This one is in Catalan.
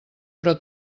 però